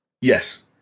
Yes